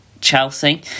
Chelsea